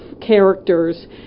characters